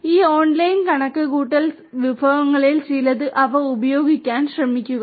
ഈ ഓൺലൈൻ കണക്കുകൂട്ടൽ വിഭവങ്ങളിൽ ചിലത് അവ ഉപയോഗിക്കാൻ ശ്രമിക്കുക